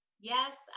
Yes